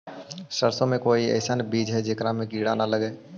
सरसों के कोई एइसन बिज है जेकरा में किड़ा न लगे?